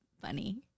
funny